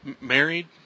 married